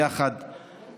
יחד עם,